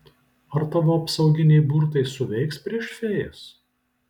ar tavo apsauginiai burtai suveiks prieš fėjas